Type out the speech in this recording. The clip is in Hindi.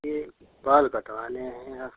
यह बाल कटवाने हैं आज